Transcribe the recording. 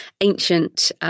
ancient